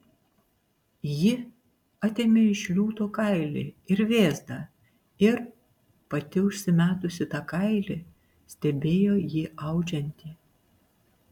ji atėmė iš jo liūto kailį ir vėzdą ir pati užsimetusi tą kailį stebėjo jį audžiantį